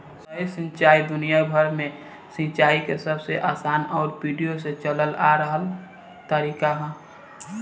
सतही सिंचाई दुनियाभर में सिंचाई के सबसे आसान अउरी पीढ़ियो से चलल आ रहल तरीका ह